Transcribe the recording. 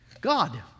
God